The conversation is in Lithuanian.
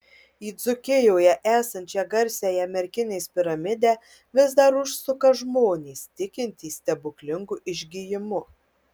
į dzūkijoje esančią garsiąją merkinės piramidę vis dar užsuka žmonės tikintys stebuklingu išgijimu